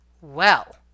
Well